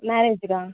ಮ್ಯಾರೇಜ್ಗಾ